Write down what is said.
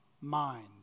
mind